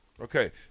Okay